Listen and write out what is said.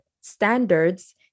standards